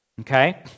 okay